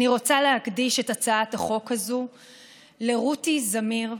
אני רוצה להקדיש את הצעת החוק הזאת לרותי זמיר,